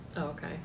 okay